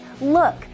Look